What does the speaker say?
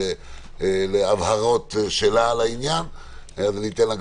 אמרתי שאנחנו נגד אלימות מכל סוג נפשית,